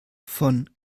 von